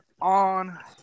on